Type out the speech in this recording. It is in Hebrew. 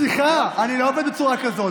סליחה, אני לא עובד בצורה כזו.